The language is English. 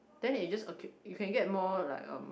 then it just okay you can get more like um